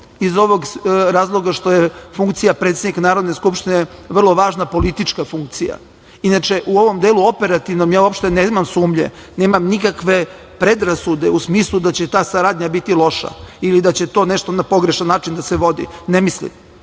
Iz ovog razloga što je funkcija predsednika Narodne skupštine vrlo važna politička funkcija.U ovom operativnom delu, ja uopšte nemam sumnje, nemam nikakve predrasude u smislu da će ta saradnja biti loša ili da će to nešto na pogrešan način da se vodi. Ne mislim.